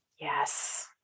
Yes